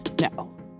no